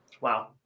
Wow